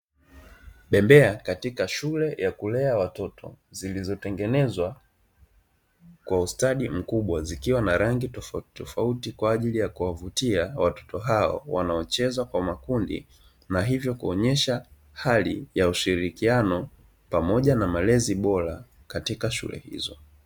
Bembea katika shule ya kulea watoto zilizotengenezwa kwa ustadi mkubwa zikiwa na rangi tofautitofauti, kwa ajili ya kuwavutia we watoto hao wanaocheza kwa makundi na hivyo kuonyesha hali ya ushirikiano pamoja na malezi bora katika shule hizo.